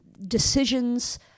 Decisions